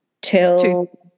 till